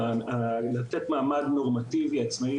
זה עניין דמוקרטי, אופיר.